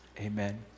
amen